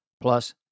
Plus